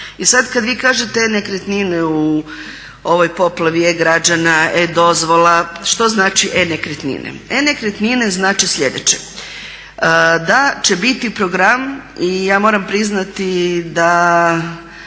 I sada kada vi kažete e-nekretnine u ovoj poplavi e-građana, e-dozvola, što znači e-nekretnine? E-nekretnine znači sljedeće, da će biti program i ja moram priznati da